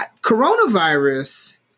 Coronavirus